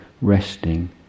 resting